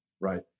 right